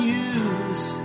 use